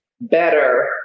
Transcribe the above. better